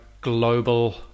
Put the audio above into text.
global